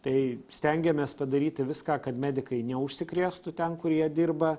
tai stengiamės padaryti viską kad medikai neužsikrėstų ten kuri jie dirba